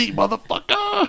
motherfucker